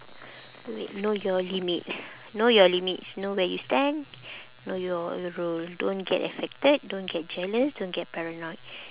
wait know your limit know your limits know where you stand know your role don't get affected don't get jealous don't get paranoid